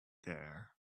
there